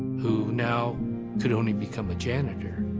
who now could only become a janitor.